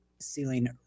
ceiling